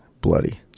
bloody